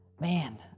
man